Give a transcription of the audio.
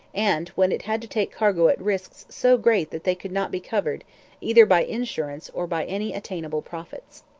and when it had to take cargo at risks so great that they could not be covered either by insurance or by any attainable profits.